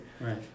Right